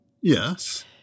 Yes